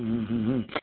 ಹ್ಞೂ ಹ್ಞೂ ಹ್ಞೂ